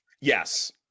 yes